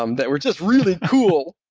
um that were just really cool.